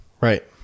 Right